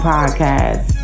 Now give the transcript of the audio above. Podcast